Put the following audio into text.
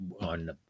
on